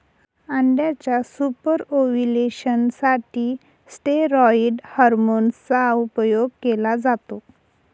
अंड्याच्या super ovulation साठी steroid hormone चा उपयोग केला जातो